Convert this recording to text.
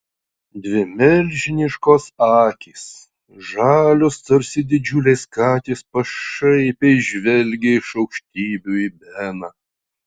dvi milžiniškos akys žalios tarsi didžiulės katės pašaipiai žvelgė iš aukštybių į beną